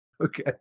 Okay